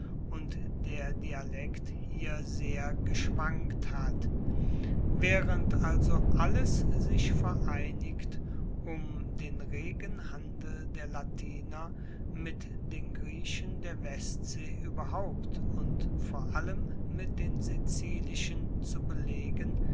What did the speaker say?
und der dialekt hier sehr geschwankt hat waehrend also alles sich vereinigt um den regen handel der latiner mit den griechen der westsee ueberhaupt und vor allem mit den sizilischen zu belegen